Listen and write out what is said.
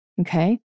Okay